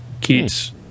kids